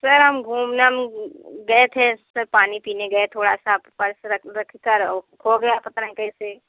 sir हम घूमना गए थे सर पानी पीने गए थोड़ा सा पर्स रख रखकर और खो गया पता नहीं कैसे